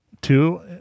Two